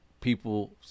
people